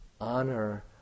honor